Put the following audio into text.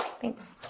Thanks